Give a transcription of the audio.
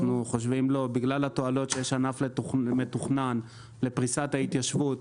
בגלל התועלות שיש לענף מתוכנן לפריסת ההתיישבות.